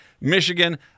Michigan